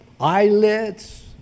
Eyelids